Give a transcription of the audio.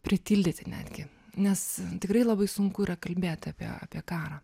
pritildyti netgi nes tikrai labai sunku yra kalbėti apie apie karą